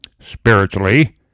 spiritually